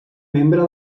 membre